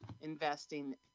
investing